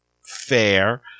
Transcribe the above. fair